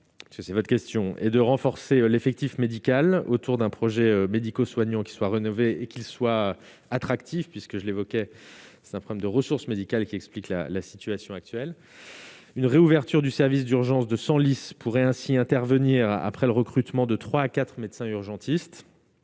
c'est votre question, et de renforcer l'effectif médical autour d'un projet médico- soignant qui soit rénové et qui soient attractifs puisque je l'évoquais, c'est un problème de ressources médicales qui expliquent la la situation actuelle, une réouverture du service d'urgences de Senlis pourrait ainsi intervenir après le recrutement de 3 à 4 médecins urgentistes